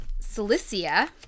Cilicia